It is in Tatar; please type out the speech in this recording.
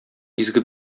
изге